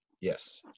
yes